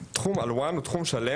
תחום ׳אלוואן׳ (תרגום מערבית: צבעים) הוא תחום שלם,